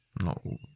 No